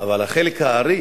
אבל חלק הארי